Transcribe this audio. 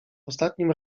ostatnim